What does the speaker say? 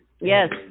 Yes